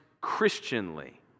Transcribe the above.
Christianly